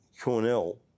Cornell